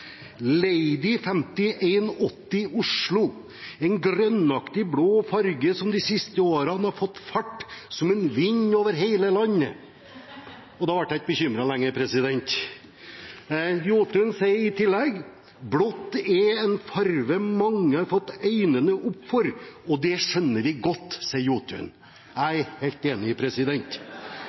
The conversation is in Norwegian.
5180 Oslo – en grønnaktig blå farge som de siste årene har fart som en vind over hele landet. – Og da var jeg ikke bekymret lenger. Jotun sier i tillegg: «Blått er en farge mange har fått øyne opp for, og det skjønner vi godt!» Jeg er helt enig.